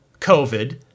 COVID